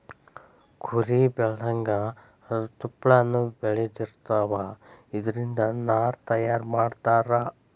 ಕುರಿ ಬೆಳದಂಗ ಅದರ ತುಪ್ಪಳಾನು ಬೆಳದಿರತಾವ, ಇದರಿಂದ ನಾರ ತಯಾರ ಮಾಡತಾರ